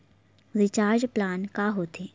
Recharge plan का होथे?